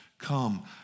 come